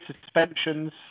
suspensions